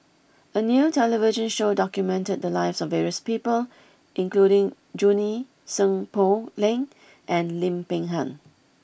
a new television show documented the lives of various people including Junie Sng Poh Leng and Lim Peng Han